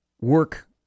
work